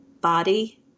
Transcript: body